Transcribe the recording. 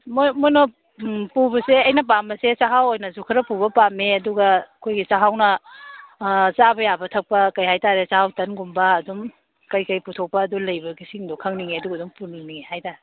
ꯃꯣꯏ ꯃꯣꯏꯅ ꯄꯨꯕꯁꯦ ꯑꯩꯅ ꯄꯥꯝꯕꯁꯦ ꯆꯥꯛꯍꯥꯎ ꯑꯣꯏꯅꯁꯨ ꯈꯔ ꯄꯨꯕ ꯄꯥꯝꯃꯦ ꯑꯗꯨꯒ ꯑꯩꯈꯣꯏꯒꯤ ꯆꯥꯛꯍꯥꯎꯅ ꯆꯥꯕ ꯌꯥꯕ ꯊꯛꯄ ꯀꯩꯍꯥꯏꯇꯥꯔꯦ ꯆꯥꯛꯍꯥꯎ ꯇꯟꯒꯨꯝꯕ ꯑꯗꯨꯝ ꯀꯩꯀꯩ ꯄꯨꯊꯣꯛꯄ ꯑꯗꯨ ꯂꯩꯕꯒꯦꯁꯤꯡꯗꯣ ꯈꯪꯅꯤꯡꯉꯦ ꯑꯗꯨꯒ ꯑꯗꯨꯝ ꯄꯨꯅꯤꯡꯉꯦ ꯍꯥꯏꯇꯥꯔꯦ